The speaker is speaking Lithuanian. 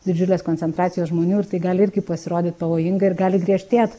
didžiulės koncentracijos žmonių ir tai gali irgi pasirodyt pavojinga ir gali griežtėt